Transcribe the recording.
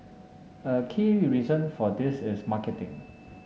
a key reason for this is marketing